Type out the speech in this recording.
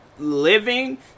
living